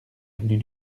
avenue